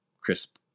crisp